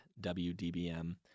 WDBM